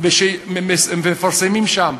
העוני, ושמפרסמים שם,